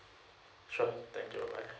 sure thank you bye